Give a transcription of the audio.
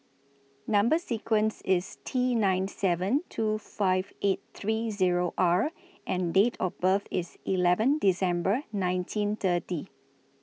Number sequence IS T nine seven two five eight three Zero R and Date of birth IS eleven December nineteen thirty